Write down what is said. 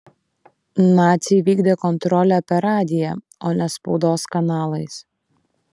naciai vykdė kontrolę per radiją o ne spaudos kanalais